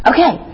Okay